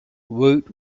woot